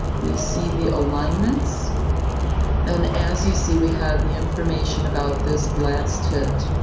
we see the alignments and as you see we have the information about this blast hit.